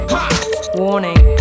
Warning